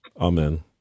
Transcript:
Amen